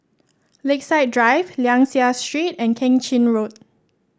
Lakeside Drive Liang Seah Street and Keng Chin Road